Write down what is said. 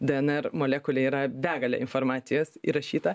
dnr molekulėj yra begalė informacijos įrašyta